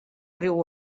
riu